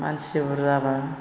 मानसि बुरजाब्ला